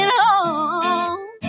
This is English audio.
home